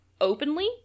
openly